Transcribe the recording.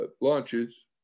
launches